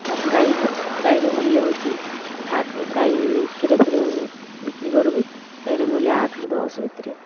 ତା ଗାଈ ଗାଈର ମୂଲ୍ୟ ହେଉଛି ଆଠରୁ ଗାଈ କ୍ଷୀର ଫିର ବିକ୍ରି କରି ବି ଗାଈର ମୂଲ୍ୟ ଆଠରୁ ଦଶ ଭିତରେ